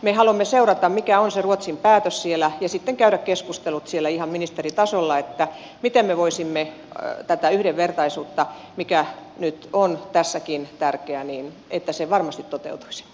me haluamme seurata mikä on se ruotsin päätös siellä ja sitten käydä keskustelut siellä ihan ministeritasolla että miten me voisimme tätä yhdenvertaisuutta mikä nyt on tässäkin tärkeää varmistaa niin että se varmasti toteutuisi